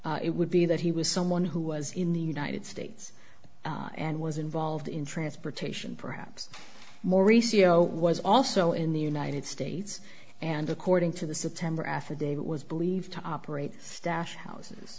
time it would be that he was someone who was in the united states and was involved in transportation perhaps maurice you know was also in the united states and according to the supplier affidavit was believed to operate stash houses